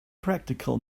practical